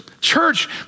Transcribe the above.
Church